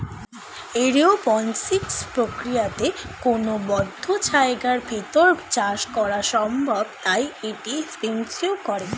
aeroponics প্রক্রিয়াতে কোনো বদ্ধ জায়গার ভেতর চাষ করা সম্ভব তাই এটি স্পেসেও করে